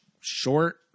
short